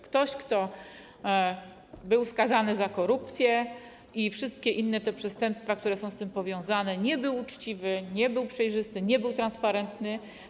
Ktoś, kto był skazany za korupcję i wszystkie inne przestępstwa, które są z tym powiązane, nie był uczciwy, nie był przejrzysty, nie był transparentny.